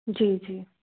जी जी